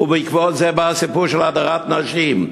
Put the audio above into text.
בעקבות זה בא הסיפור של הדרת נשים.